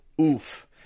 Oof